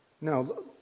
No